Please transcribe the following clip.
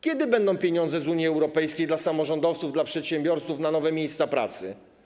Kiedy będą pieniądze z Unii Europejskiej dla samorządowców, dla przedsiębiorców na nowe miejsca pracy?